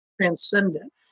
transcendent